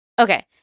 Okay